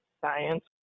Science